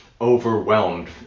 overwhelmed